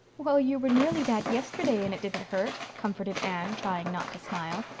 well, you were nearly that yesterday and it didn't hurt, comforted anne, trying not to smile.